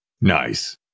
Nice